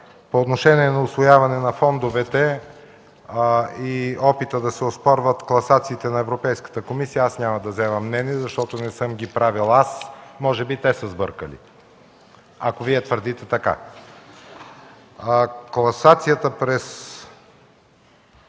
По отношение на усвояване на фондовете и опита да се оспорват класациите на Европейската комисия няма да изразявам мнение, защото не съм ги правил аз – може би те са сбъркали, ако Вие твърдите така. Класацията през